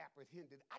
apprehended